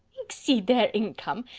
exceed their income!